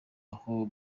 aho